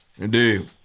Indeed